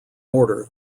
order